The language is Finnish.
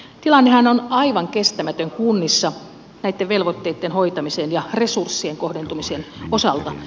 tilannehan on aivan kestämätön kunnissa näitten velvoitteiden hoitamisen ja resurssien kohdentumisen osalta